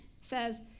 says